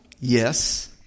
Yes